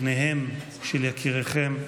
פניהם של יקיריכם,